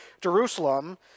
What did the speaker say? Jerusalem